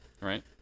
Right